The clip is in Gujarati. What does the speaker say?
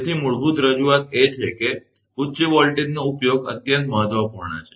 તેથી મૂળભૂત રજૂઆત એ છે કે ઉચ્ચ વોલ્ટેજનો ઉપયોગ અત્યંત મહત્વપૂર્ણ છે